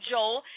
Joel